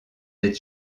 des